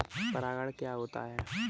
परागण क्या होता है?